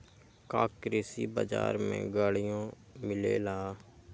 का कृषि बजार में गड़ियो मिलेला?